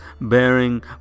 Bearing